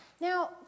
Now